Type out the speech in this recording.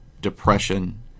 depression